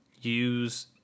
use